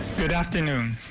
good afternoon.